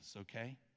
okay